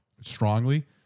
strongly